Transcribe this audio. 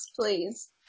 please